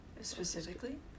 Specifically